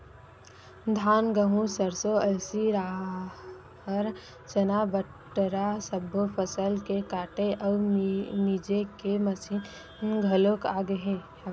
धान, गहूँ, सरसो, अलसी, राहर, चना, बटरा सब्बो फसल के काटे अउ मिजे के मसीन घलोक आ गे हवय